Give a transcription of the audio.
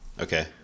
Okay